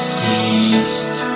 ceased